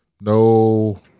No